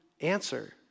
answer